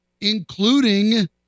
including